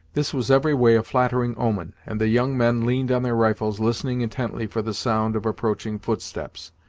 this was every way a flattering omen, and the young men leaned on their rifles, listening intently for the sound of approaching footsteps.